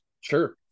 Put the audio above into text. sure